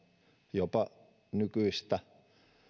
jopa nykyistä